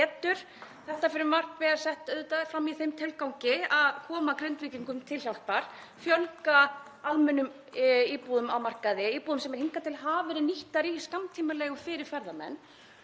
Þetta frumvarp er sett fram í þeim tilgangi að koma Grindvíkingum til hjálpar, fjölga almennum íbúðum á markaði, íbúðum sem hingað til hafa verið nýttar í skammtímaleigu fyrir ferðamenn.